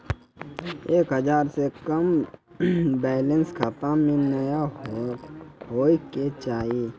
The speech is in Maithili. एक हजार से कम बैलेंस खाता मे नैय होय के चाही